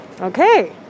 Okay